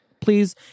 please